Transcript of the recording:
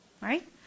right